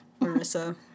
Marissa